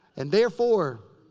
and therefore,